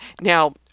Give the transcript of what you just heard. Now